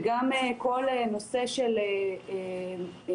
וגם כל הנושא של פינוי,